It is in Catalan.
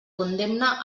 condemna